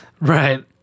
Right